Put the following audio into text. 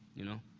you know?